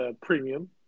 Premium